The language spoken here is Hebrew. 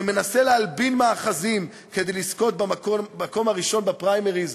שמנסה להלבין מאחזים כדי לזכות במקום הראשון בפריימריז,